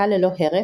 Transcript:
המכה ללא הרף,